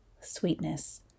sweetness